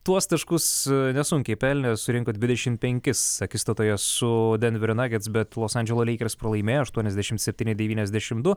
tuos taškus nesunkiai pelnė surinko dvidešimt penkis akistatoje su denverio nagets bet los andželo leikers pralaimėjo aštuoniasdešimt septyni devyniasdešimt du